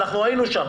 היינו שם.